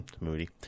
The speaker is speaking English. Moody